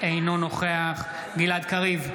אינו נוכח גלעד קריב,